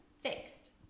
fixed